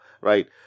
Right